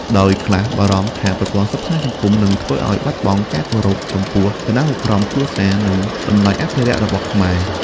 ដោយខ្លះបារម្ភថាប្រព័ន្ធផ្សព្វផ្សាយសង្គមនឹងធ្វើឱ្យបាត់បង់ការគោរពចំពោះឋានានុក្រមគ្រួសារ និងតម្លៃអភិរក្សរបស់ខ្មែរ។